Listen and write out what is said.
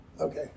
Okay